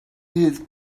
his